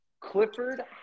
Clifford